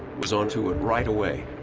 was on to it right away.